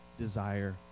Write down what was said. desire